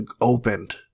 opened